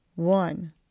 One